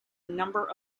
number